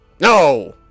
No